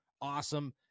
Awesome